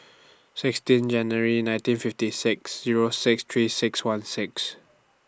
sixteen January nineteen fifty six Zero six three six one six